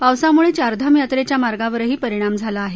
पावसामुळजिरधाम यात्रक्षि मार्गावरही परिणाम झाला आह